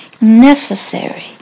necessary